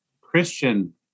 Christian